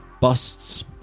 busts